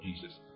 Jesus